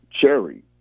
Cherry